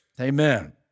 Amen